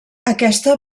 aquesta